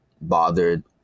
bothered